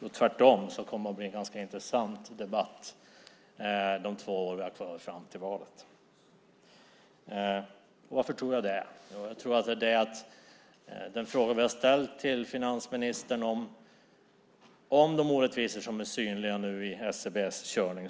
tror tvärtom att det kommer att bli en ganska intressant debatt under de två år vi har kvar fram till valet. Varför tror jag det? Vi har ställt en fråga till finansministern om de orättvisor som är synliga i SCB:s körning.